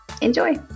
enjoy